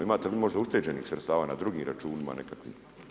Imate li vi možda ušteđenih sredstava na drugim računima nekakvim?